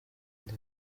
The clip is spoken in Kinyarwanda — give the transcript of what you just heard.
ndi